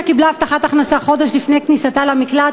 קיבלה הבטחת הכנסה חודש לפני כניסתה למקלט,